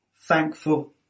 thankful